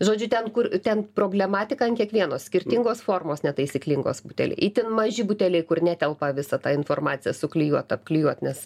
žodžiu ten kur ten problematika ant kiekvienos skirtingos formos netaisyklingos butelio itin maži buteliai kur netelpa visa ta informacija suklijuot apklijuot nes